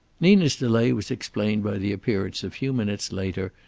nina's delay was explained by the appearance, a few minutes later,